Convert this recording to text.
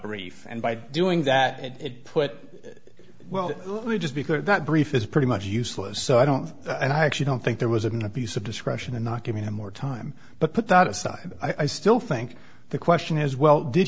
brief and by doing that it put well i just because that brief is pretty much useless so i don't and i actually don't think there was an abuse of discretion in not giving him more time but put that aside i still think the question is well did